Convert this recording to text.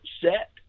set